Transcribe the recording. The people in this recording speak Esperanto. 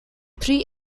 pri